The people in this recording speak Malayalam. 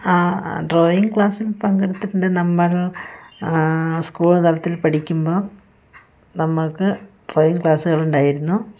ആ ഡ്രോയിങ്ങ് ക്ലാസ്സിൽ പങ്കെടുത്തിട്ടുണ്ട് നമ്മൾ സ്കൂൾ തലത്തിൽ പഠിക്കുമ്പോൾ നമുക്ക് ഡ്രോയിങ്ങ് ക്ലാസ്സുകളുണ്ടായിരുന്നു